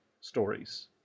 stories